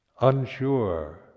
unsure